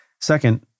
Second